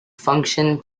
function